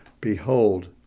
behold